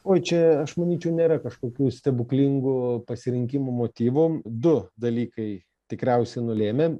oi čia aš manyčiau nėra kažkokių stebuklingų pasirinkimo motyvų du dalykai tikriausia nulėmė